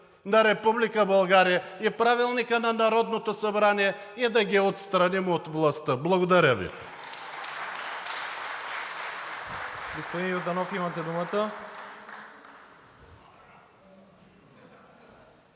България и Правилника на Народното събрание и да ги отстраним от властта. Благодаря Ви.